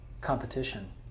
competition